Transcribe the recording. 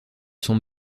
sont